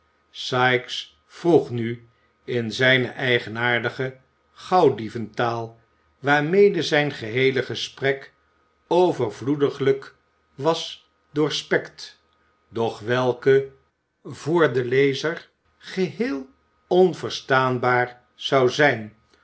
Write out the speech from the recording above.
sikes vroeg nu in zijne eigenaardige gauwdicventaal waarmede zijn geheele gesprek overvloediglijk was doorspekt doch welke voor den lezer geheel onverstaanbaar zou zijn